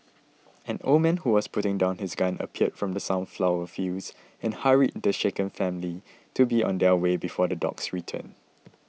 an old man who was putting down his gun appeared from the sunflower fields and hurried the shaken family to be on their way before the dogs return